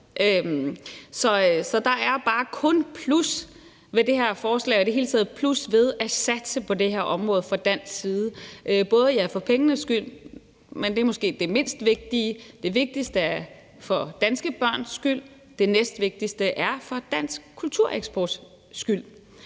Så der er bare kun plusser ved det her forslag og i det hele tager plus ved at satse på det her område fra dansk side, både for pengene skyld – men det er måske det er mindst vigtige – men også i forhold til det mest vigtige, nemlig for danske børns skyld, og det næstvigtigste er så for dansk kultureksports skyld.